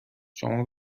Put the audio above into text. شما